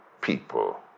people